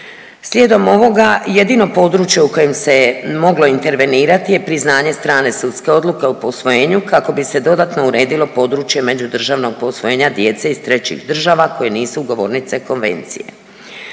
Slijedom ovoga jedino područje u kojem se je moglo intervenirati je priznanje strane sudske odluke o posvojenju kako bi se dodatno uredilo područje međudržavnog posvojenja djece iz trećih država koje nisu ugovornice Konvencije.